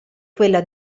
quella